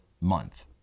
month